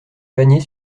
panier